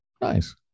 Nice